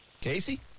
Casey